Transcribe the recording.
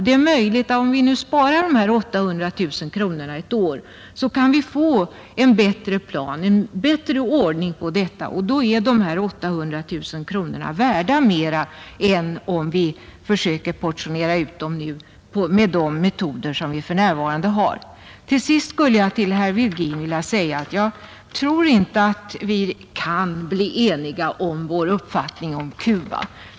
Det är möjligt att om vi sparar dessa 800 000 kronor ett år så kan vi med en bättre ordning göra dessa 800 000 kronor värda mera än om vi försöker portionera ut dem nu med de metoder som vi för närvarande har, Till sist skulle jag till herr Virgin vilja säga att jag inte tror att vi kan bli eniga om vår uppfattning om Cuba.